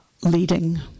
leading